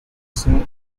sir